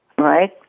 right